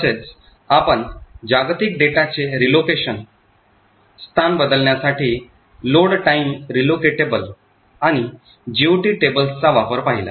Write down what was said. तसेच आपण जागतिक डेटाचे रेलोकेशन स्थान बदलण्यासाठी लोड टाईम रीव्होकिएटेबल आणि जीओटी टेबल्सचा वापर पाहिला